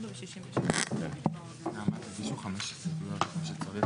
64 ו-66 שבתוך סעיף 94 להצעת חוק התוכנית הכלכלית.